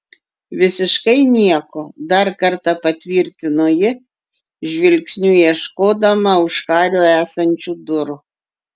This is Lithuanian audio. visiškai nieko dar kartą patvirtino ji žvilgsniu ieškodama už hario esančių durų